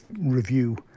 review